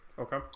Okay